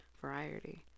variety